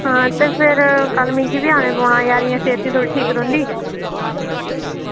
आं ते कल्ल मिगी बी आना पौना यार इंया बी सेह्त ठीक निं रौहंदी